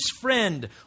friend